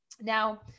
now